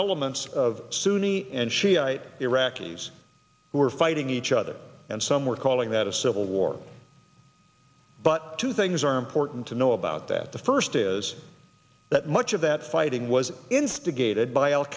elements of sunni and shiite iraqis who were fighting each other and some were calling that a civil war but two things are important to know about that the first is that much of that fighting was instigated by al